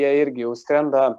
jie irgi jau skrenda